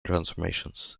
transformations